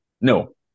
No